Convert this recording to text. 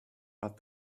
but